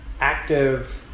active